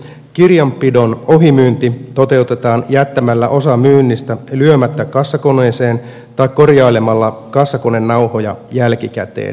kirjanpidon ohimyynti toteutetaan jättämällä osa myynnistä lyömättä kassakoneeseen tai korjailemalla kassakonenauhoja jälkikäteen